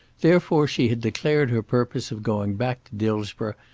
therefore she had declared her purpose of going back to dillsborough,